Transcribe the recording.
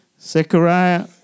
Zechariah